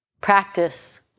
practice